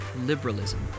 liberalism